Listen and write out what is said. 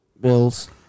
Bills